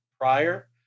prior